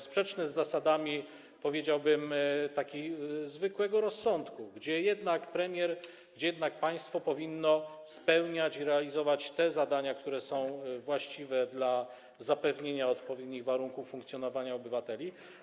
Sprzeczne z zasadami, powiedziałbym, zwykłego rozsądku, gdzie jednak premier, państwo powinno spełniać i realizować te zadania, które są właściwe dla zapewnienia odpowiednich warunków funkcjonowania obywateli.